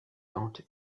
lente